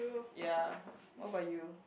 ya what about you